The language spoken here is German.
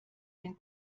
den